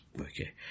Okay